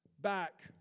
back